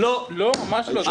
לא, ממש לא.